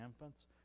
infants